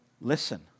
Listen